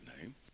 name